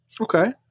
Okay